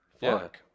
Fuck